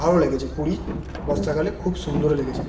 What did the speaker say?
ভালো লেগেছে পুরী বর্ষাকালে খুব সুন্দর লেগেছে